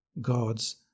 God's